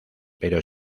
pero